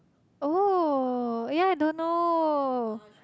oh ya I don't know